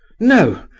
no!